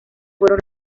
fueron